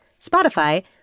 Spotify